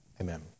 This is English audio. Amen